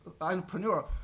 entrepreneur